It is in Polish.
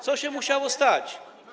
Co się musiało stać?